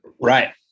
right